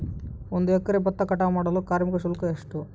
ಒಂದು ಎಕರೆ ಭತ್ತ ಕಟಾವ್ ಮಾಡಲು ಕಾರ್ಮಿಕ ಶುಲ್ಕ ಎಷ್ಟು?